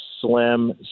slim